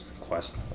Quest